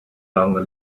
longer